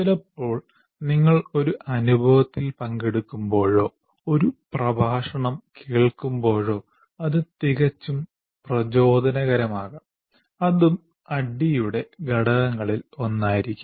ചിലപ്പോൾ നിങ്ങൾ ഒരു അനുഭവത്തിൽ പങ്കെടുക്കുമ്പോഴോ ഒരു പ്രഭാഷണം കേൾക്കുമ്പോഴോ അത് തികച്ചും പ്രചോദനകരമാകാം അതും ADDIE യുടെ ഘടകങ്ങളിൽ ഒന്നായിരിക്കാം